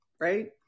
right